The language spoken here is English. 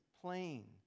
plain